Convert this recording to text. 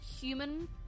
human